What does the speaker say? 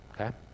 okay